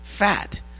fat